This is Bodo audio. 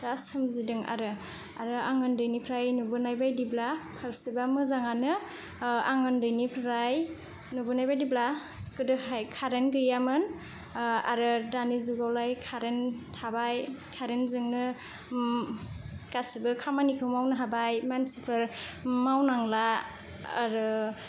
दा सोमजिदों आरो आरो आं उन्दैनिफ्राय नुबोनाय बायदिब्ला फारसेथिं मोजाङानो आं उन्दैनिफ्राय नुबोनाय बायदिब्ला गोदोहाय कारेन्ट गैयामोन दानि जुगावलाय कारेन्ट थाबाय कारेन्ट जोंनो गासैबो खामानिखौ मावनो हाबाय मानसिफोर मावनांला आरो